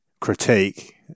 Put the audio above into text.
critique